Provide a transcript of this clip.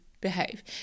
behave